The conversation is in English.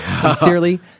Sincerely